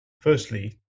Firstly